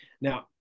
Now